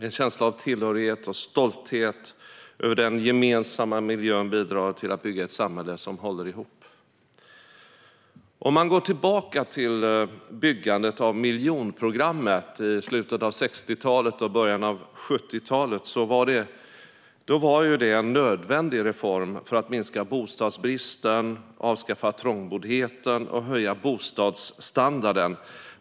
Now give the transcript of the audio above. En känsla av tillhörighet och stolthet över den gemensamma miljön bidrar till att bygga ett samhälle som håller ihop. Byggandet av miljonprogrammet i slutet av 60-talet och början av 70talet var en nödvändig reform för att minska bostadsbristen, avskaffa trångboddheten och höja bostadsstandarden.